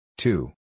Two